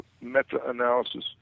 meta-analysis